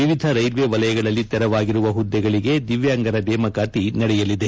ವಿವಿಧ ರೈಲ್ವೆ ವಲಯಗಳಲ್ಲಿ ತೆರವಾಗಿರುವ ಪುದ್ದೆಗಳಿಗೆ ದಿವ್ಯಾಂಗರ ನೇಮಕಾತಿ ನಡೆಯಲಿದೆ